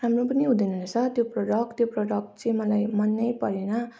राम्रो पनि हुँदैन रहेछ त्यो प्रडक्ट त्यो प्रडक्ट चाहिँ मलाई मन परेन